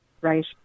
right